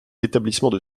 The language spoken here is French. établissements